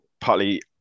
partly